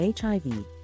HIV